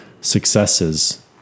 successes